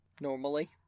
normally